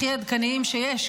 הכי עדכניים שיש,